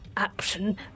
Action